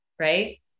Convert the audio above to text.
Right